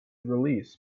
release